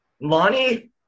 Lonnie